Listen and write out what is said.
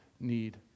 need